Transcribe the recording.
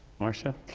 marsha?